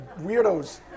weirdos